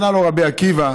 ענה לו רבי עקיבא: